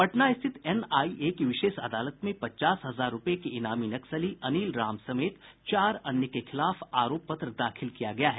पटना स्थित एनआईए की विशेष अदालत में पचास हजार रुपये के इनामी नक्सली अनिल राम समेत चार अन्य के खिलाफ आरोप पत्र दाखिल किया गया है